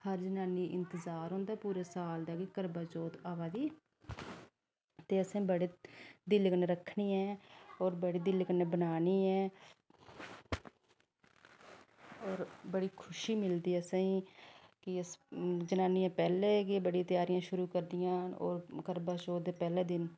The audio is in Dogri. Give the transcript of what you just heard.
हर जनानी गी इंतजार होंदा पूरे साल दा कि करवाचौथ अवा दी ते असैं बड़े दिल कन्नै रक्खनी ऐ और बड़् दिल कन्नै बनानी ऐ और बड़ी खुशी मिलदी असेंगी कि जनानियां पैह्लैं गै बड़ियां तेयारियां शुरु करदियां न करवाचौथ दे पैह्ले दिन